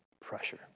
pressure